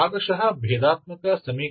कम करें ताकि समीकरण